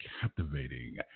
captivating